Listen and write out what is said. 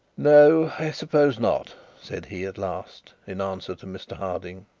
no i suppose not said he, at last, in answer to mr harding.